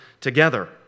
together